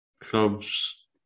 clubs